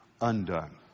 undone